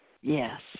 Yes